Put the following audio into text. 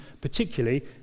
particularly